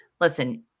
listen